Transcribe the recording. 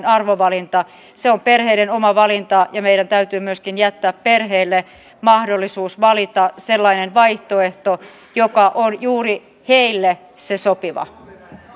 arvovalinta se on perheiden oma valinta ja meidän täytyy myöskin jättää perheille mahdollisuus valita sellainen vaihtoehto joka on juuri heille se sopiva